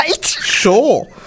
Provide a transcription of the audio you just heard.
Sure